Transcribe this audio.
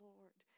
Lord